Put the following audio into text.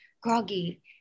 groggy